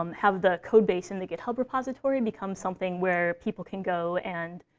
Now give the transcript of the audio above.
um have the code base in the github repository become something where people can go and